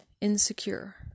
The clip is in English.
insecure